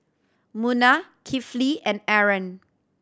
Munah Kifli and Aaron